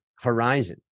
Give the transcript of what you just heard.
horizon